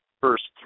first